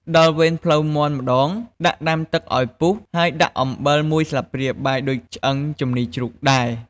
ដល់វេនភ្លៅមាន់ម្តង ដាក់ដាំទឹកឱ្យពុះហើយដាក់អំបិលមួយស្លាបព្រាបាយដូចឆ្អឹងជំនីជ្រូកដែរ។